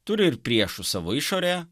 turi ir priešų savo išorėje